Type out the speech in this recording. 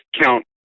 count